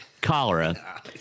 cholera